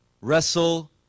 wrestle